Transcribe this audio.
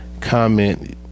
comment